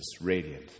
radiant